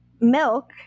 milk